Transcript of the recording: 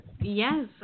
Yes